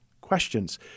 questions